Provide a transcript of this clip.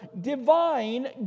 divine